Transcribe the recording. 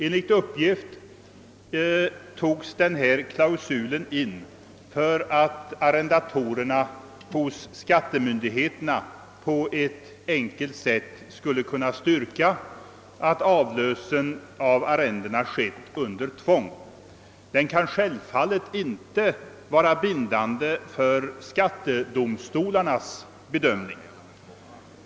Enligt uppgift togs klausulen in för att arrendatorerna hos skattemyndigheterna på ett enkelt sätt skulle kunna styrka att avlösen av arrendena skett under tvång. Den kan självfallet inte vara bindande för skattedomstolarnas bedömning.